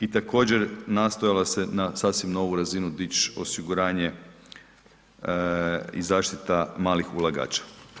I također, nastojala se na sasvim novu razinu dić osiguranje i zaštita malih ulagača.